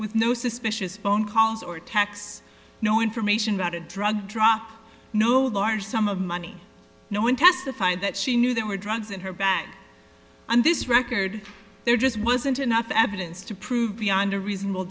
with no suspicious phone calls or texts no information about a drug drop no large sum of money no one testified that she knew there were drugs in her back and this record there just wasn't enough evidence to prove beyond a reasonable